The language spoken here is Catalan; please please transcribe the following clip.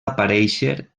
aparèixer